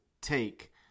take